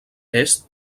est